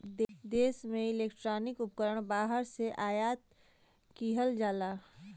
देश में इलेक्ट्रॉनिक उपकरण बाहर से आयात किहल जाला